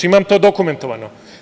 Imam to dokumentovano.